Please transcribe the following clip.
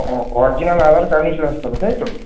ও original আধার নিয়ে চলে আসতে হবে তাই তো